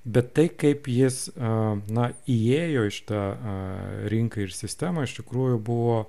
bet tai kaip jis a na įėjo į šitą rinką ir sistemą iš tikrųjų buvo